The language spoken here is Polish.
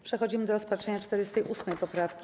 Przechodzimy do rozpatrzenia 48. poprawki.